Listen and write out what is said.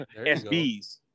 SBs